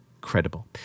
credible